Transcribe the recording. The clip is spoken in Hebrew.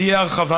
תהיה הרחבה,